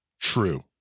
True